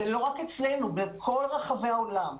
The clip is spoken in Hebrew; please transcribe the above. זה לא רק אצלנו בכל רחבי העולם.